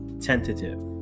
tentative